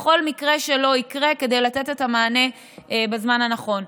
לכל מקרה שלא יקרה כדי לתת את המענה בזמן הנכון.